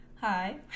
hi